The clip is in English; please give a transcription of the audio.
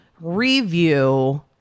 review